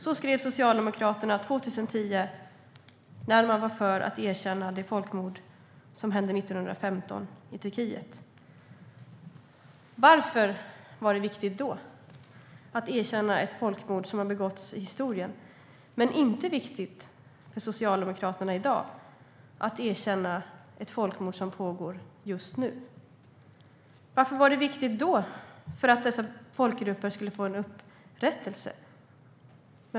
Så skrev Socialdemokraterna 2010, när man var för att erkänna det folkmord som ägde rum 1915 i Turkiet. Varför var det viktigt att då erkänna ett folkmord som har begåtts i historien när det inte är viktigt för Socialdemokraterna i dag att erkänna ett folkmord som pågår just nu? Varför var det viktigt då, för att dessa folkgrupper skulle få en upprättelse?